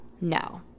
No